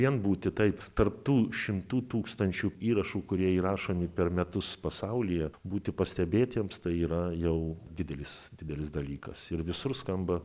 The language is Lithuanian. vien būti taip tarp tų šimtų tūkstančių įrašų kurie įrašomi per metus pasaulyje būti pastebėtiems tai yra jau didelis didelis dalykas ir visur skamba